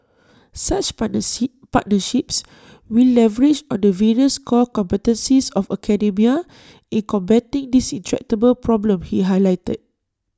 such partner sea partnerships will leverage on the various core competencies of academia in combating this intractable problem he highlighted